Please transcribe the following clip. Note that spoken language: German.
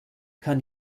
kann